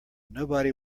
nobody